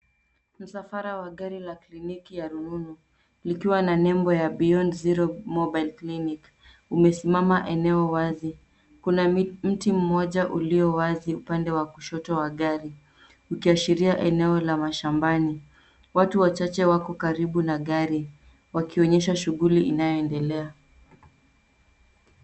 Msafara wa gari la kliniki ya rununu likiwa na nembo ya Beyond zero mobile clinic umesimama eneo wazi. Kuna mti mmoja uliowazi upande kushoto wa gari ukiashiria eneo la mashambani. Watu wachache wako karibu na gari wakionyesha shughuli inayo endelea.